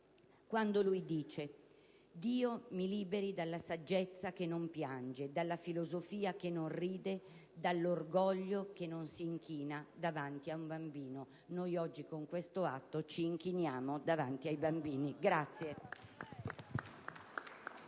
là dove dice: «Dio mi liberi dalla saggezza che non piange, dalla filosofia che non ride, dall'orgoglio che non s'inchina davanti ad un bambino». Noi oggi con questo atto ci inchiniamo davanti ai bambini.